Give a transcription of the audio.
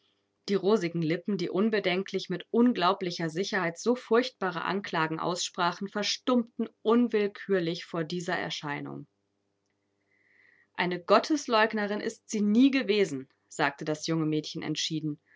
die rosigen lippen die unbedenklich mit unglaublicher sicherheit so furchtbare anklagen aussprachen verstummten unwillkürlich vor dieser erscheinung eine gottesleugnerin ist sie nie gewesen sagte das junge mädchen entschieden